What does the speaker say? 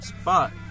spot